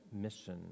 mission